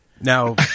Now